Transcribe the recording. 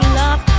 love